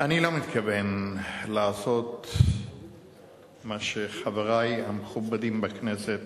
אני לא מתכוון לעשות מה שחברי המכובדים בכנסת